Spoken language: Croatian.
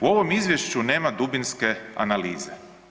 U ovom izvješću nema dubinske analize.